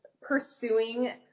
pursuing